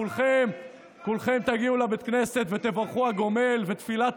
כולכם תגיעו לבית כנסת ותברכו הגומל ותפילת